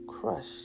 crushed